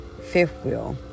fifth-wheel